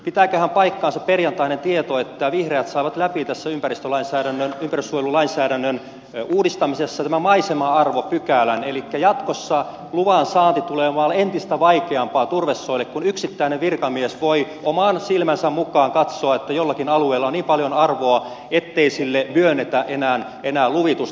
pitääköhän paikkansa perjantainen tieto että vihreät saavat läpi tässä ympäristönsuojelulainsäädännön uudistamisessa tämän maisema arvopykälän elikkä jatkossa luvansaanti tulee olemaan entistä vaikeampaa turvesoille kun yksittäinen virkamies voi oman silmänsä mukaan katsoa että jollakin alueella on niin paljon arvoa ettei sille myönnetä enää luvitusta